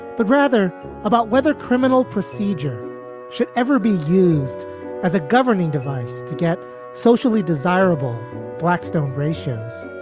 but rather about whether criminal procedure should ever be used as a governing device to get socially desirable blackstone ratios